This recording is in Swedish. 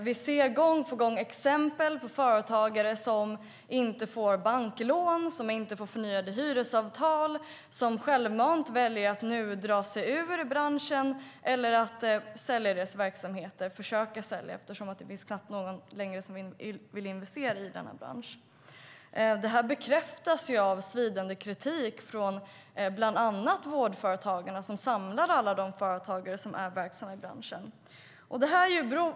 Vi ser gång på gång exempel på företagare som inte får banklån, som inte får förnyade hyresavtal, som självmant väljer att nu dra sig ur branschen eller sälja sina verksamheter - försöka sälja, eftersom det knappt finns någon som vill investera i denna bransch längre. Detta bekräftas av svidande kritik från bland andra Vårdföretagarna, som samlar alla de företagare som är verksamma i branschen.